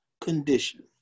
condition